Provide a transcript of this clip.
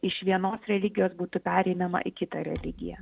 iš vienos religijos būtų pereinama į kitą religiją